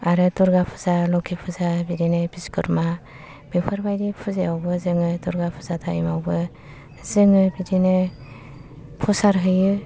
आरो दुर्गा पुजा लोकि फुजा बिसकर्मा बेफोर बादि फुजियावबो जोङो दुर्गा फुजा टाइम आवबो जोङो बिदिनो प्रसाद हैयो